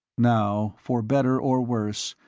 now, for better or worse,